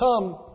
come